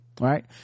right